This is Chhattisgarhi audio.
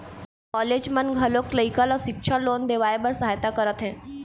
कॉलेज मन घलोक लइका ल सिक्छा लोन देवाए बर सहायता करत हे